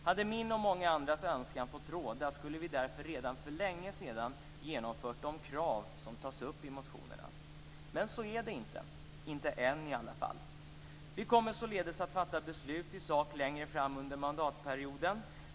Hade min och många andras önskan fått råda skulle vi därför redan för länge sedan ha genomfört det som man ställer krav på i motionerna. Men så är det inte, inte än i alla fall. Vi kommer således att fatta beslut i sak längre fram under mandatperioden.